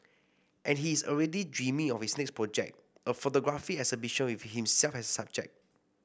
and he is already dreaming of his next project a photography exhibition with himself as the subject